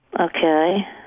Okay